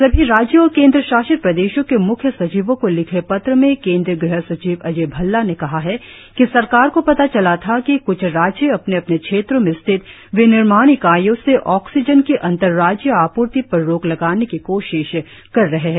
सभी राज्यों और केन्द्र शासित प्रदेशों के मुख्य सचिवों को लिखे पत्र में केंद्रीय गृह सचिव अजय भल्ला ने कहा है कि सरकार को पता चला था कि क्छ राज्य अपने अपने क्षेत्रों में स्थित विनिर्माण इकाइयों से ऑक्सीजन की अंतर राज्यीय आपूर्ति पर रोक लगाने की कोशिश कर रहे हैं